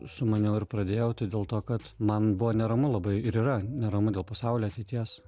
sumaniau ir pradėjau tai dėl to kad man buvo neramu labai ir yra neramu dėl pasaulio ateities